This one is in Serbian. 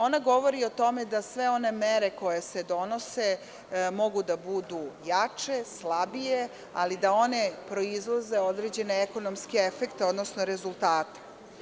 Ona govori o tome da sve one mere koje se donose mogu da budu jače, slabije, ali da one proizvode određene ekonomske efekte, odnosno rezultate.